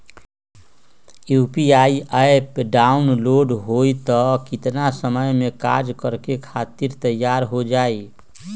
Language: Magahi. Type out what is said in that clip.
यू.पी.आई एप्प डाउनलोड होई त कितना समय मे कार्य करे खातीर तैयार हो जाई?